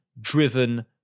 driven